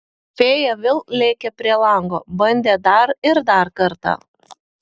fėja vėl lėkė prie lango bandė dar ir dar kartą